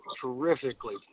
terrifically